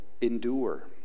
endure